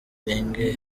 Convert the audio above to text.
ibenge